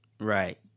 right